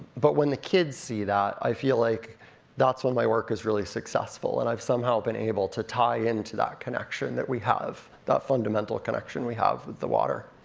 but when the kids see that, i feel like that's when my work is really successful, and i've somehow been able to tie into that connection that we have, that fundamental connection we have with the water.